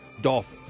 Dolphins